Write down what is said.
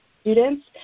students